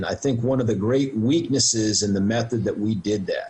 אני חושב שאחת החולשות הגדולות בשיטה שבה עשינו את זה,